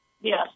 Yes